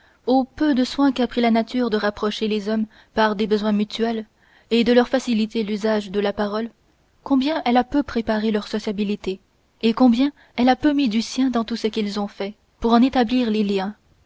au peu de soin qu'a pris la nature de rapprocher les hommes par des besoins mutuels et de leur faciliter l'usage de la parole combien elle a peu préparé leur sociabilité et combien elle a peu mis du sien dans tout ce qu'ils ont fait pour en établir les liens